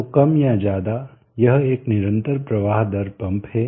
तो कम या ज्यादा यह एक निरंतर प्रवाह दर पंप है